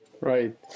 Right